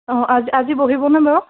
অঁ আজি আজি বহিবনে বাৰু